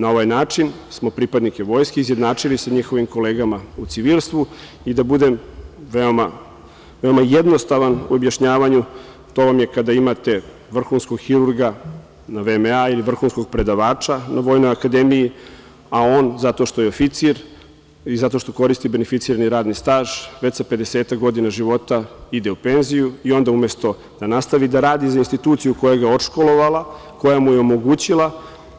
Na ovaj način smo pripadnike Vojske izjednačili sa njihovim kolegama u civilstvu i da budem veoma jednostavan u objašnjavanju, to vam je kada imate vrhunskog hirurga na VMA ili vrhunskog predavača na Vojnoj akademiji, a on zato što je oficir i zato što koristi beneficirani radni staž, već sa pedesetak godina života ide u penziju i onda, umesto da nastavi da radi za instituciju koja ga je odškolovala, koja mu je omogućila